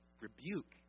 rebuke